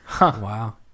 Wow